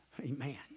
amen